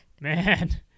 Man